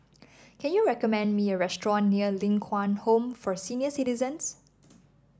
can you recommend me a restaurant near Ling Kwang Home for Senior Citizens